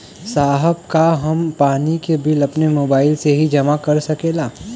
साहब का हम पानी के बिल अपने मोबाइल से ही जमा कर सकेला?